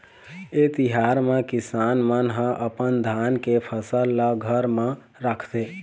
ए तिहार म किसान मन ह अपन धान के फसल ल घर म राखथे